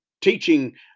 teaching